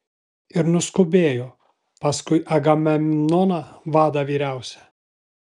ir nuskubėjo paskui agamemnoną vadą vyriausią